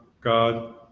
God